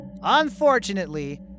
Unfortunately